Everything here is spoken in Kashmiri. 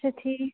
اَچھا ٹھیٖک